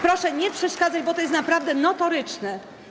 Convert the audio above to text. Proszę nie przeszkadzać, bo to jest naprawdę notoryczne.